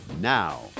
now